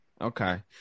Okay